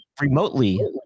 remotely